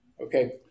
Okay